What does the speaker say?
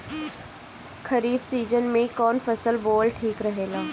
खरीफ़ season में कौन फसल बोअल ठिक रहेला ह?